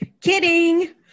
Kidding